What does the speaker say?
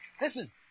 Listen